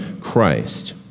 Christ